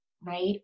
right